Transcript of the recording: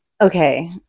Okay